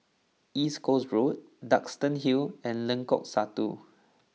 East Coast Road Duxton Hill and Lengkok Satu